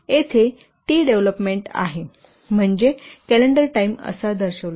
येथे T development आहे म्हणजे कॅलेंडर टाइम असा दर्शिवला जातो TDEV 3 0